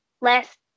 last